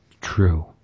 True